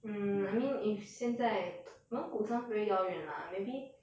mm I mean if 现在蒙古 sounds very 遥远 lah maybe